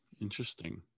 Interesting